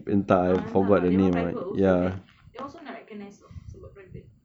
entah lah that [one] private also kan that [one] also not recognise [tau] sebab private